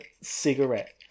cigarette